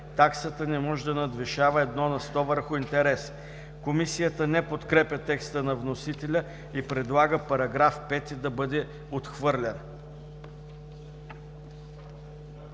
таксата не може да надвишава 1 на сто върху интереса.“ Комисията не подкрепя текста на вносителя и предлага § 5 да бъде отхвърлен.